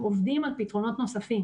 אנחנו עובדים על פתרונות נוספים